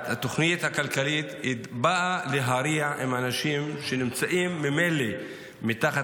התוכנית הכלכלית באה להרע עם אנשים שנמצאים ממילא מתחת